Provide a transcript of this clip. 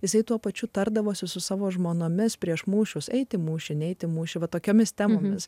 jisai tuo pačiu tardavosi su savo žmonomis prieš mūšius eiti mušinėti mušimą tokiomis temomis